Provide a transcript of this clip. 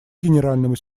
генеральному